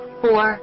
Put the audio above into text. four